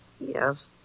Yes